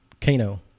Kano